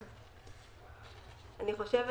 אני חושבת